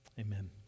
Amen